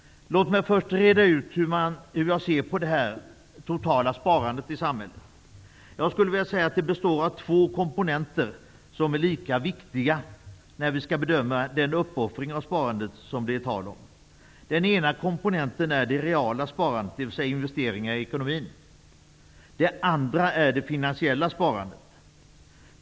Låt mig först reda ut hur jag ser på det totala sparandet i samhället. Jag skulle vilja säga att det består av två komponenter, som är lika viktiga när vi skall bedöma den uppoffring av sparandet som det här är tal om. Den ena komponenten är det ''reala sparandet'', dvs. investeringarna i ekonomin. Den andra är det ''finansiella sparandet''.